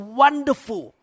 wonderful